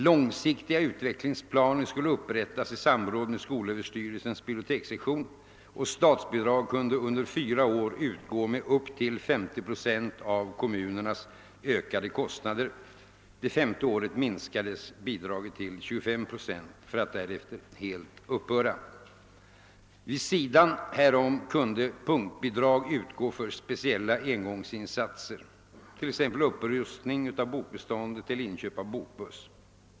Långsiktiga utvecklingsplaner upprättas i samråd med skolöverstyrelsens bibliotekssektion och statsbidrag kan utgå under fyra år med upp till 50 procent av kommunernas ökade kostnader — det femte året minskas bidraget till högst 25 procent för att därefter helt upphöra. Vid sidan härom kan punktbidrag utgå för speciella engångsinsatser, t.ex. upprustning av bokbeståndet eller inköp av bokbuss.